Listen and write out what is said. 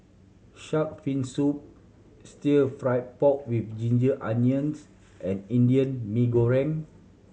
shark fin soup Stir Fry pork with ginger onions and Indian Mee Goreng